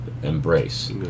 Embrace